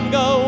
go